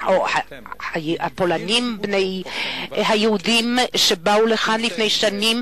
הפולנים ממוצא יהודי שבאו לכאן לפני שנים